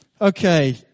Okay